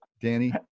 Danny